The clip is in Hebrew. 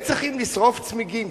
והם צריכים לשרוף צמיגים.